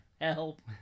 Help